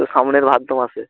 সামনের ভাদ্র মাসে